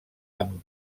amb